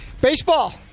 Baseball